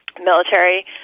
military